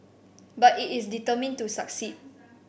but it is determined to succeed